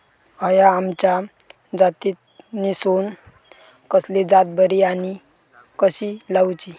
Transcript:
हया आम्याच्या जातीनिसून कसली जात बरी आनी कशी लाऊची?